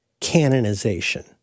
canonization